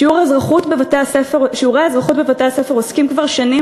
שיעורי האזרחות בבתי-הספר עוסקים כבר שנים